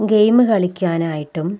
game കളിക്കാനായിട്ടും